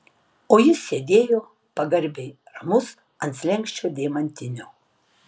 o jis sėdėjo pagarbiai ramus ant slenksčio deimantinio